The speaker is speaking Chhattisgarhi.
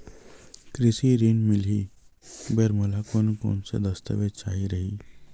कृषि ऋण मिलही बर मोला कोन कोन स दस्तावेज चाही रही?